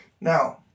Now